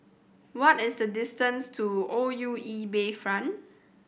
what is the distance to O U E Bayfront